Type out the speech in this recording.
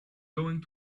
going